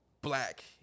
black